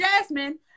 Jasmine